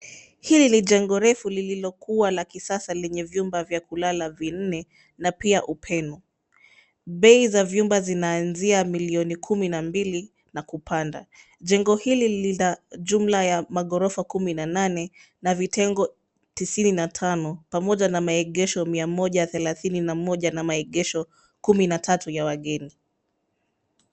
Hili ni jengo refu lililokamilika hivi karibuni lenye vyumba vya kulala vinne na pia sebule. Bei za vyumba zinaanzia milioni kumi na mbili na kuendelea. Jengo hili lina jumla ya magorofa kumi na nane na vitengo tisini na tano, pamoja na maegesho mia moja thelathini na moja na maegesho kumi na tatu ya wageni.